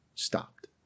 Stopped